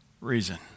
reason